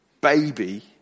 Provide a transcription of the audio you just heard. baby